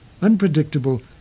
unpredictable